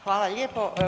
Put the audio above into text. Hvala lijepo.